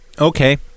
Okay